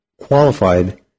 qualified